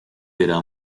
d’eira